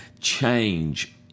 change